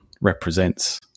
represents